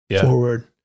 forward